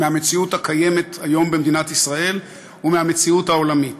מהמציאות הקיימת היום במדינת ישראל ומהמציאות העולמית.